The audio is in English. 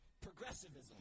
progressivism